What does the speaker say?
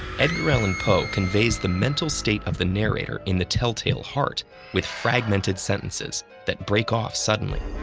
edgar allan poe conveys the mental state of the narrator in the tell-tale heart with fragmented sentences that break off suddenly.